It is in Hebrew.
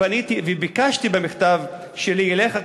וביקשתי במכתב שלי אליך,